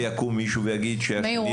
ויקום מישהו ויגיד שהשני לא עושה --- מאיר,